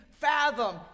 fathom